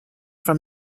from